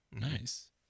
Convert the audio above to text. Nice